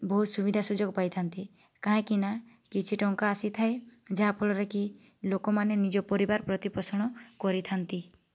ବହୁତ ସୁବିଧା ସୁଯୋଗ ପାଇଥାନ୍ତି କାହିଁକି ନା କିଛି ଟଙ୍କା ଆସିଥାଏ ଯାହା ଫଳରେକି ଲୋକମାନେ ନିଜ ପରିବାର ପ୍ରତିପୋଷଣ କରିଥାନ୍ତି